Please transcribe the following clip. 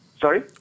Sorry